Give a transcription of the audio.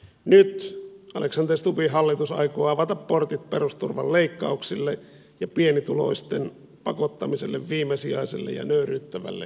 nyt alexander stubbin hallitus aikoo avata portit perusturvan leikkauksille ja pienituloisten pakottamiselle viimesijaiselle ja nöyryyttävälle toimeentulotuelle